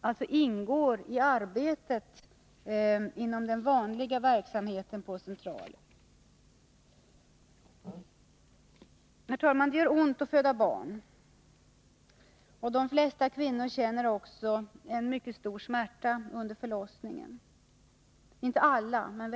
arbetar i den ”vanliga” verksamheten på centralerna. Herr talman! Det gör ont att föda barn, och de flesta — men inte alla — kvinnor känner också en mycket stor smärta under förlossningen.